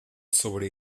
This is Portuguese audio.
sobre